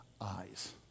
eyes